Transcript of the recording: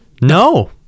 No